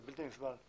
זה בלתי נסבל.